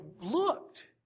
looked